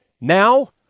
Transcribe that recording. now